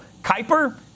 Kuyper